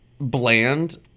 bland